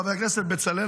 חבר הכנסת בצלאל,